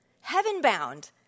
heaven-bound